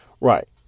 Right